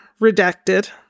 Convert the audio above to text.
redacted